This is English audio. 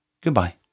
Goodbye